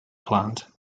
planned